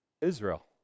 Israel